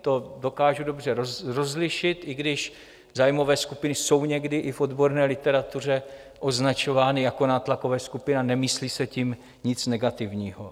To dokážu dobře rozlišit, i když zájmové skupiny jsou někdy i v odborné literatuře označovány jako nátlakové skupiny a nemyslí se tím nic negativního.